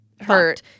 Hurt